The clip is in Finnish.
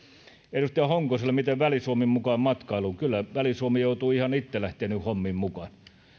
edustaja honkoselle miten väli suomi saadaan mukaan matkailuun kyllä väli suomi joutuu ihan itse lähtemään hommiin mukaan siellä on